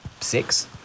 six